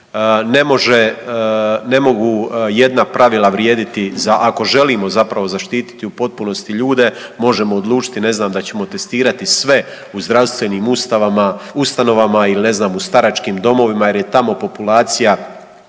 Ne mogu jedna pravila vrijediti ako želimo zapravo zaštititi u potpunosti ljude možemo odlučiti ne znam da ćemo testirati sve u zdravstvenim ustanovama ili ne znam u staračkim domovima jer je tamo populacija